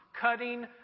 cutting